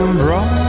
bright